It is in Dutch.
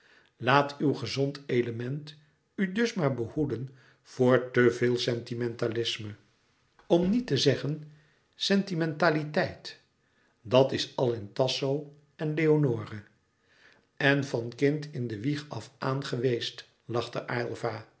laat uw gezond element u dus maar behoeden voor te veel sentimentalisme om niet te zeggen sentimentaliteit dat is al in tasso en leonore en van kind in de wieg af aan geweest lachte